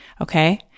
okay